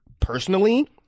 Personally